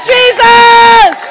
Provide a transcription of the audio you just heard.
Jesus